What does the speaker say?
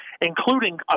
including